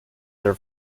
their